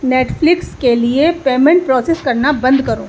Netflix کے لیے payment process کرنا بند کرو